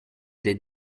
des